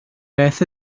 beth